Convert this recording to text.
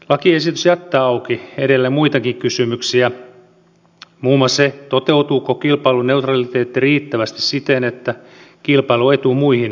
lakiesitys jättää auki edelleen muitakin kysymyksiä muun muassa sen toteutuuko kilpailuneutraliteetti riittävästi siten että kilpailuetu muihin toimijoihin häviää